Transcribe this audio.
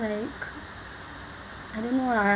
like I don't know lah